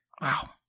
Wow